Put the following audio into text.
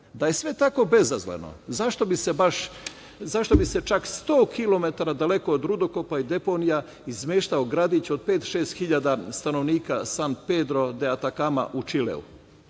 je sve tako bezazleno zašto bi se čak 100 kilometara daleko od rudokopa i deponija izmeštao gradić od pet, šest hiljada stanovnika San Pedro de Atakama u Čileu?